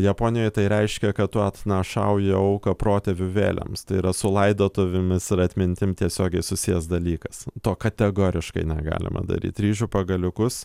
japonijoj tai reiškia kad tu atnašauji auką protėvių vėlėms tai yra su laidotuvėmis ir atmintimi tiesiogiai susijęs dalykas to kategoriškai negalima daryt ryžių pagaliukus